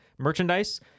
Merchandise